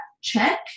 check